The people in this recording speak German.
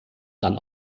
dann